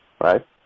Right